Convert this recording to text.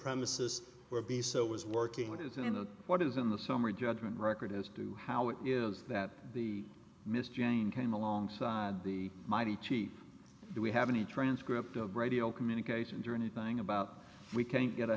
premises where be so was working what is and what is in the summary judgment record as to how it is that the miss jane came alongside the mighty cheap do we have any transcript of radio communication do anything about we can't get